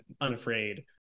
unafraid